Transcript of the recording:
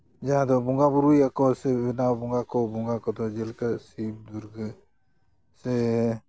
ᱡᱟᱦᱟᱸᱭ ᱫᱚ ᱵᱚᱸᱜᱟ ᱵᱩᱨᱩᱭᱟᱠᱚ ᱥᱮ ᱵᱮᱱᱟᱣ ᱵᱚᱸᱜᱟ ᱠᱚ ᱵᱚᱸᱜᱟ ᱠᱚᱫᱚ ᱡᱮᱞᱮᱠᱟ ᱥᱤᱵ ᱫᱩᱨᱜᱟᱹ ᱥᱮ